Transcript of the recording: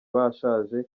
bashaje